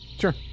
Sure